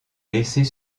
laisser